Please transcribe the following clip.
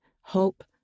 hope